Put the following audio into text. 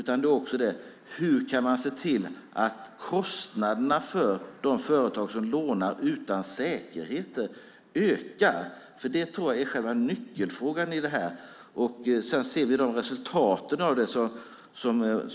Jag undrar: Hur kan man se till att kostnaderna för de företag som lånar ut utan säkerheter ökar? Det tror jag är själva nyckelfrågan. Både Monica Green och Eva Sonidsson beskriver resultaten av det här.